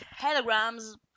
Telegrams